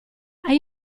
hai